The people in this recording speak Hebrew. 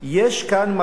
יש כאן מגמה